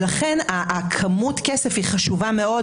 ולכן כמות הכסף היא חשובה מאוד,